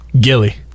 Gilly